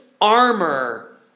armor